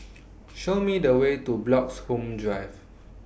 Show Me The Way to Bloxhome Drive